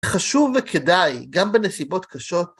חשוב וכדאי, גם בנסיבות קשות,